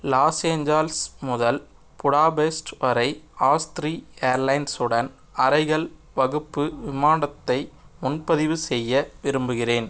loss Angeles முதல் Budapest வரை Austrian airlines உடன் அறைகள் வகுப்பு விமானத்தை முன்பதிவு செய்ய விரும்புகிறேன்